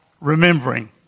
remembering